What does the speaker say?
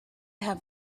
have